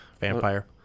vampire